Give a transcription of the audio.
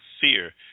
fear